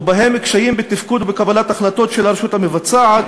ובהם קשיים בתפקוד ובקבלת החלטות של הרשות המבצעת,